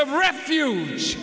of refuge